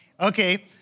Okay